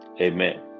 amen